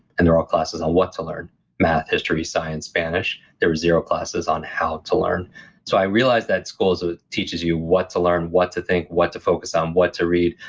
and they're all classes on what to learn math, history, science, spanish, there were zero classes on how to learn so i realized that school teaches you what to learn, what to think, what to focus on, what to read,